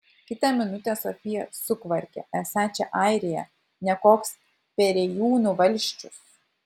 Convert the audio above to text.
kitą minutę sofija sukvarkia esą čia airija ne koks perėjūnų valsčius